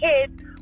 kids